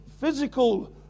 physical